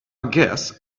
guess